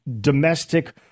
domestic